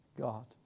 God